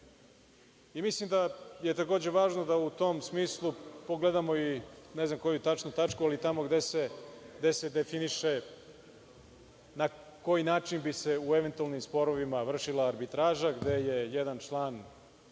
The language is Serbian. i mislim da je takođe važno da u tom smislu pogledamo, ne znam tačno koju tačku, ali tamo gde se definiše na koji način bi se u eventualnim sporovima vršila arbitraža gde je jedan član